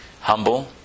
humble